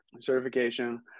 certification